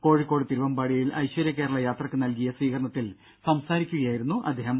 കോഴിക്കോട് തിരുവമ്പാടിയിൽ ഐശ്വര്യ കേരള യാത്രക്ക് നൽകിയ സ്വീകരണത്തിൽ സംസാരിക്കുകയായിരുന്നു അദ്ദേഹം